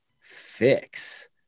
fix